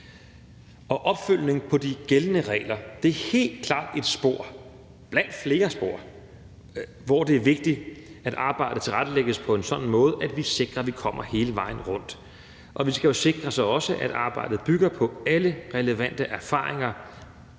Opfølgning på de gældende regler er helt klart et spor blandt flere spor, hvor det er vigtigt, at arbejdet tilrettelægges på en sådan måde, at vi sikrer, at vi kommer hele vejen rundt. Og vi skal jo også sikre os, at arbejdet bygger på alle relevante erfaringer